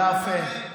יפה.